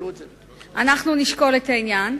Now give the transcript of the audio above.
אנחנו נשקול את העניין.